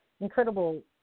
incredible